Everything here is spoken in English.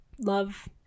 love